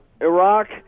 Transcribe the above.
Iraq